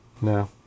No